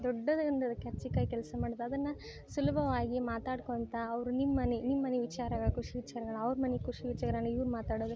ದೊಡ್ಡದೆಂದು ಕರ್ಜಿಕಾಯಿ ಕೆಲಸ ಮಾಡೋದು ಅದನ್ನು ಸುಲಭವಾಗಿ ಮಾತಾಡ್ಕೊಳ್ತಾ ಅವರು ನಿಮ್ಮ ಮನೆ ನಿಮ್ಮ ಮನೆ ವಿಚಾರಗಳು ಖುಷಿ ವಿಚಾರಗಳು ಅವ್ರ ಮನೆ ಖುಷಿ ವಿಚಾರನ ಇವ್ರು ಮಾತಾಡೋದು